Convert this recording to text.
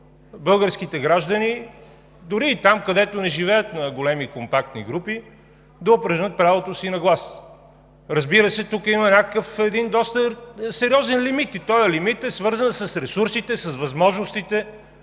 българските граждани – дори и там, където не живеят на големи компактни групи, да упражнят правото си на глас. Разбира се, тук има един доста сериозен лимит и той е свързан с ресурсите, с възможностите.